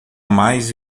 mais